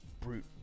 brute